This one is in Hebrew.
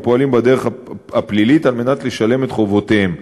הפועלים בדרך הפלילית על מנת לשלם את חובותיהם.